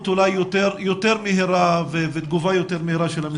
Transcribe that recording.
יותר מהירה ותגובה יותר מהירה של המשרד.